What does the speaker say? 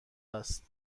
است